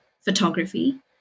photography